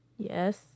Yes